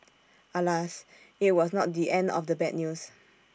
alas IT was not the end of the bad news